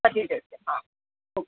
હા ઓકે